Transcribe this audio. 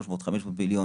300 או 500 מיליון,